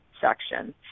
section